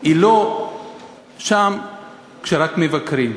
היא לא שם כשרק מבקרים.